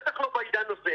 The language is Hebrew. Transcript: בטח לא בעידן הזה.